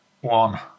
one